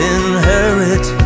inherit